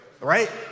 right